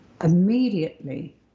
Immediately